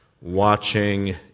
watching